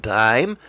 time